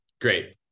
Great